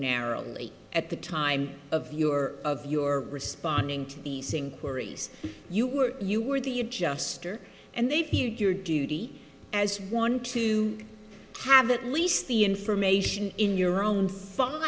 narrowly at the time of your of your responding to the saying worries you were you were the adjuster and they viewed your duty as one to have at least the information in your own fi